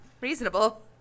reasonable